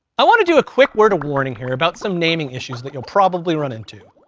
i want to do a quick word of warning here about some naming issues that you'll probably run into.